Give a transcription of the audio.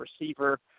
receiver